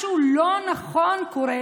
משהו לא נכון קורה,